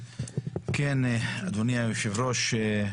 אדוני היושב ראש,